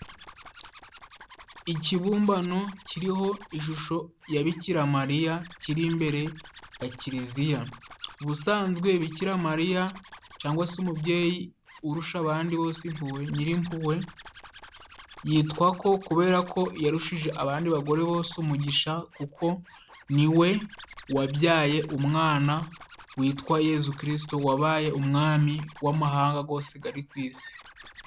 Ikibumbano kiriho ishusho ya Bikiramariya kiri imbere ya kiliziya, ubusanzwe Bikiramariya cangwa si umubyeyi urusha abandi bose impuhwe nyirimpuhwe yitwako kuberako yarushije abandi bagore bose umugisha kuko ni we wabyaye umwana witwa Yezu Kirisitu wabaye umwami w'amahanga gose gari ku isi.